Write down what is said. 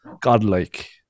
godlike